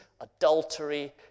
adultery